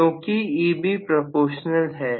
क्योंकि Eb proportional है